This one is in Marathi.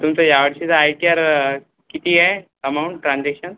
तुमचा या वर्षीचा आय टी आर किती आहे अमाऊंट ट्रांजेक्शन